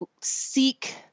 seek